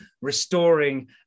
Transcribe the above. restoring